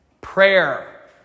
Prayer